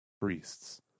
priests